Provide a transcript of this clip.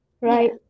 right